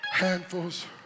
Handfuls